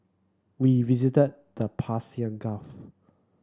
we visited the Persian Gulf